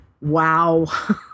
wow